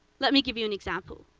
let me give you an example.